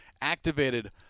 activated